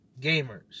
gamers